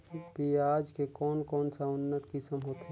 पियाज के कोन कोन सा उन्नत किसम होथे?